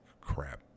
crap